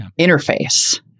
interface